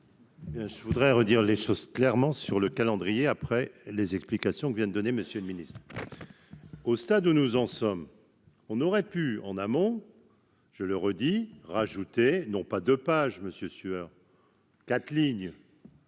Je voudrais redire les choses clairement, sur le calendrier, après les explications que vient donner Monsieur le Ministre. Au stade où nous en sommes, on aurait pu en amont, je le redis, rajouter non pas de pages monsieur Sueur quatre lignes